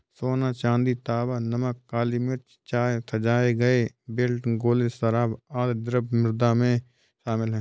सोना, चांदी, तांबा, नमक, काली मिर्च, चाय, सजाए गए बेल्ट, गोले, शराब, आदि द्रव्य मुद्रा में शामिल हैं